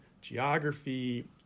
geography